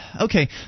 Okay